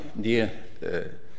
dear